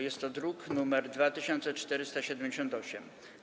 Jest to druk nr 2478.